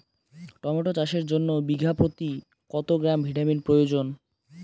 Tomato চাষের জন্য বিঘা প্রতি কত গ্রাম ভিটামিন প্রয়োজন?